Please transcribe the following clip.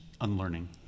unlearning